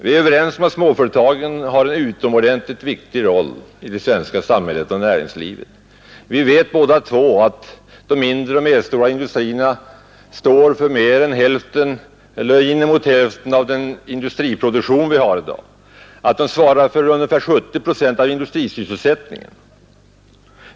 Vi är överens om att småföretagen har en utomordentligt viktig roll i det svenska samhället och näringslivet; vi vet båda två att de mindre och medelstora industrierna står för mer än hälften — eller inemot hälften — av den industriproduktion vi har i dag och att de svarar för ungefär 70 procent av industrisysselsättningen.